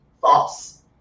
false